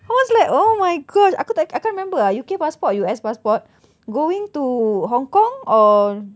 I was like oh my gosh aku tak I can't remember ah U_K passport or U_S passport going to hong kong or